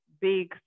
big